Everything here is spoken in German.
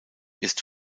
ist